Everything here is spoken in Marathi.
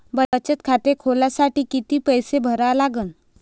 बचत खाते खोलासाठी किती पैसे भरा लागन?